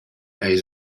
eis